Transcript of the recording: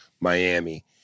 Miami